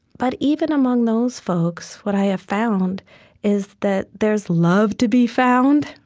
but even among those folks, what i have found is that there's love to be found.